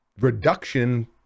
reduction